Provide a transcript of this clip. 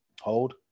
hold